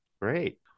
Great